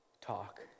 talk